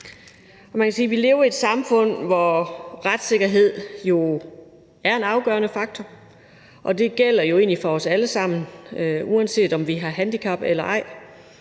vi lever i et samfund, hvor retssikkerhed jo er en afgørende faktor, og det gælder jo egentlig for os alle sammen, uanset om vi har handicap eller ej,